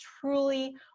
truly